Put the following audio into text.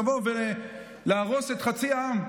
לבוא ולהרוס את חצי העם.